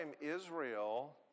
Israel